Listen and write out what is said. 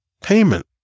payment